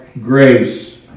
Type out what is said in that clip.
grace